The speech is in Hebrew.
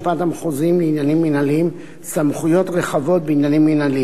המחוזיים לעניינים מינהליים סמכויות רחבות בעניינים מינהליים.